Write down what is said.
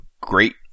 great